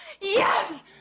yes